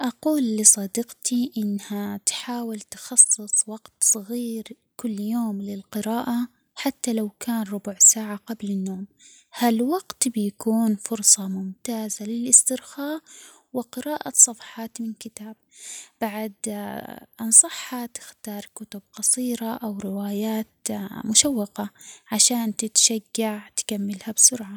أقول لصديقتي إنها تحاول تخصص وقت صغير كل يوم للقراءة حتى لو كان ربع ساعة قبل النوم، هالوقت بيكون فرصة ممتازة للاسترخاء وقراءة صفحات من كتاب/، بعد أنصحها تختار كتب قصيرة أو روايات مشوقة عشان تتشجع تكملها بسرعة.